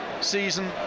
season